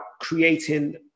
creating